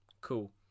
Cool